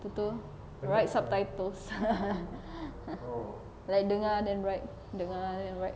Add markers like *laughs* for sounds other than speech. tu tu write subtitles *laughs* like dengar then write dengar then write